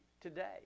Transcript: today